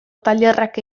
tailerrak